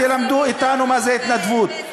אל תלמדו אותנו מה זו התנדבות.